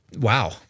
Wow